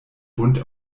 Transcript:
bund